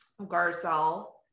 Garcelle